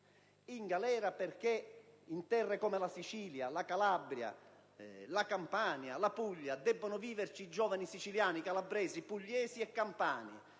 In galera, perché in terre come la Sicilia, la Calabria, la Campania e la Puglia debbono viverci i giovani siciliani, calabresi, campani